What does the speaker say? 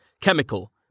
chemical